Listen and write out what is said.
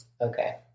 Okay